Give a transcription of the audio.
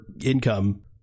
income